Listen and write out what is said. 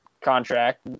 contract